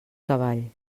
cavall